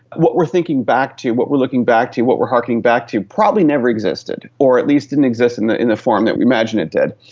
what we are thinking back to, what we are looking back to, what we are harking back to probably never existed or at least didn't exist in the in the form that we imagine it did.